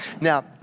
Now